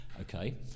Okay